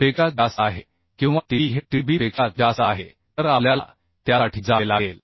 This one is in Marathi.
पेक्षा जास्त आहे किंवा Tb हे Tdb पेक्षा जास्त आहे तर आपल्याला त्यासाठी जावे लागेल